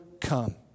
come